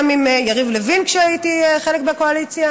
עם יריב לוין כשהייתי חלק מהקואליציה,